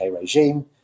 regime